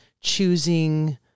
choosing